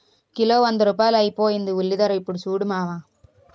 kilo వంద రూపాయలైపోయింది ఉల్లిధర యిప్పుడు సూడు మావా